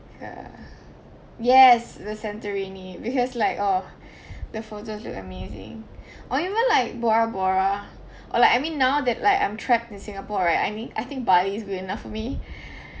uh yes the santorini because like oh the photos look amazing or even like bora bora or like I mean now that like I'm trapped in singapore right I mean I think bali is good enough for me like I